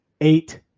eight